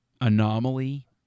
anomaly